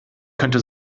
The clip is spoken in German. könnte